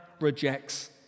rejects